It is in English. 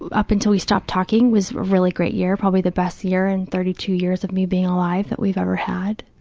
up until we stopped talking, was a really great year, probably the best year in thirty two years of me being alive that we've ever had.